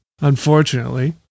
unfortunately